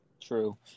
True